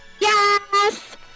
Yes